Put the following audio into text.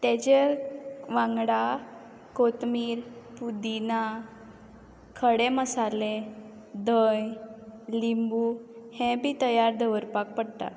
तेजे वांगडा कोतमीर पुदिना खडे मसाले धंय लिंबू हे बी तयार दवरपाक पडटा